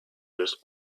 years